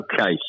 Okay